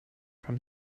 from